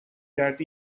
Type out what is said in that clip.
that